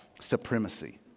supremacy